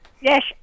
Yes